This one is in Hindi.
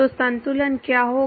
तो संतुलन क्या होगा